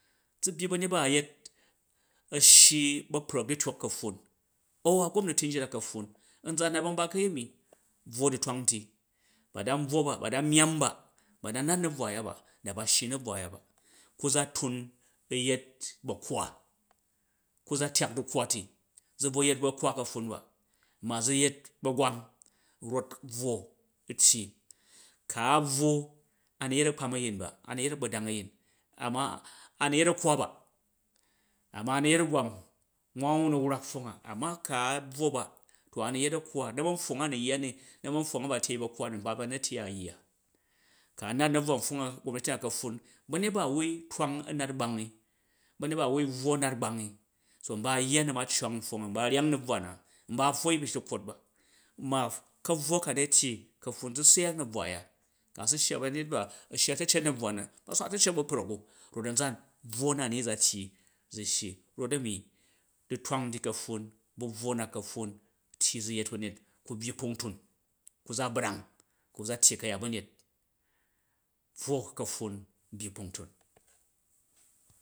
Za̱ byyi ba̱nyet ba a̱yet a̱shyi u̱ ba̱kparak du̱tyok ka̱pffun an a̱ gomnati jit a̱ ka̱pffun nza a̱ nat banba ka̱yemi, buwo du̱twang ti ba dan buwo ba, ba dan myamm ba ba̱ dan nat na̱buwa a̱ta ba da ba shyi a na̱buwa a̱ya ba, ku za tun u̱ yet ba̱kkwa ku̱ za tyak du̱kkwa ti, zu bun yet bu̱kkwa ka̱pffun ba, ma zu̱ yet ba̱gwan ocof buwo u̱tp, ku̱ a buwo a̱nu yet a̱yin ama a̱nu yet a̱kkwa ba ma a̱nu yet a̱gwam, wan wa nu̱ wrak pfong a, ama kn a̱ buwo ba a̱nu̱ yet a̱kkwo, na̱man pfwong a a nu yyan ni na̱man pfwong a ba tyei ba̱kkwa ni nkpa ba nu̱ na̱ tyei a̱yya, ku nat u̱ na̱buwa pfong a gomnati na ka̱pffun ba̱nyet ba wai twang a̱ nat gbang ni to nba a̱yya na̱ macwang npfwong, nba a̱ ryang na̱bwa na nba a̱ pfwoi ba̱shekkwot ba, ma ka̱brwo ka ni a̱ tyi ka̱pffun zu syak na̱bwa a̱ya ka su shya ba̱nyet ba a̱ shyi a̱cecet na̱buwa na a̱swat a̱cecet ba̱kprak u, not a̱nzan, buwo na ni za tyyi zun shyi not a̱mi du̱twang ti ka̱pffun bu buwo na ka̱pffun tyi zu̱ yet ba̱nyet ku byi kpung turi tu za̱ brang ku za̱ tyi ka̱yat ba̱nyet, brwo ka̱pffun byi kpungtun.